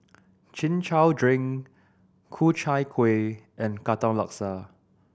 Chin Chow drink Ku Chai Kuih and Katong Laksa